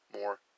more